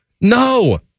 no